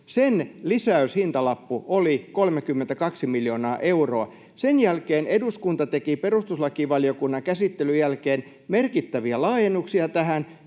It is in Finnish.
olin, lisäyshintalappu oli 32 miljoonaa euroa. Sen jälkeen eduskunta teki perustuslakivaliokunnan käsittelyn jälkeen merkittäviä laajennuksia tähän,